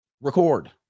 record